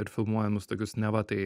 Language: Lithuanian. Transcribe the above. ir filmuojamus tokius neva tai